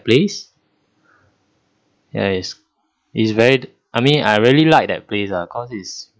place ya it's it's very the I mean I really like that place ah cause it's